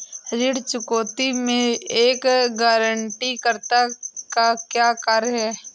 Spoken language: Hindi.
ऋण चुकौती में एक गारंटीकर्ता का क्या कार्य है?